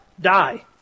Die